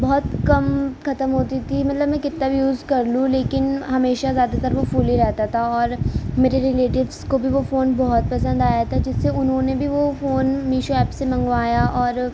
بہت کم ختم ہوتی تھی مطلب میں کتا بھی یوز کر لوں لیکن ہمیشہ زیادہ تر وہ فل ہی رہتا تھا اور میرے ریلیٹیوس کو بھی وہ فون بہت پسند آیا تھا جس سے انہوں نے بھی وہ فون میشو ایپ سے منگوایا اور